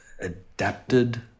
adapted